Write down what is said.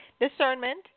Discernment